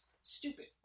stupid